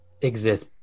exist